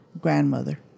grandmother